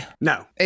No